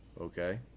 Okay